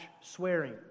swearing